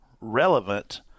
relevant